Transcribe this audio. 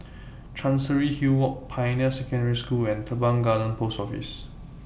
Chancery Hill Walk Pioneer Secondary School and Teban Garden Post Office